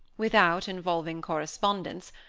without involving correspondence,